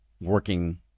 working